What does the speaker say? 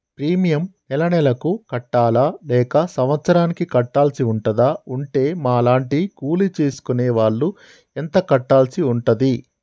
Premium నెల నెలకు కట్టాలా లేక సంవత్సరానికి కట్టాల్సి ఉంటదా? ఉంటే మా లాంటి కూలి చేసుకునే వాళ్లు ఎంత కట్టాల్సి ఉంటది?